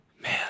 man